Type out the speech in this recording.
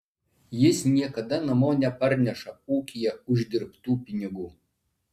jis niekada namo neparneša ūkyje uždirbtų pinigų